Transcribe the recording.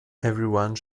everyone